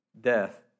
death